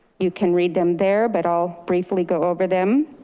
you can read them there, but i'll briefly go over them.